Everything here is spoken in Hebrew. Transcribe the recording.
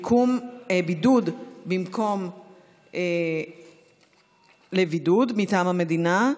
(בידוד במקום לבידוד מטעם המדינה),